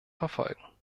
verfolgen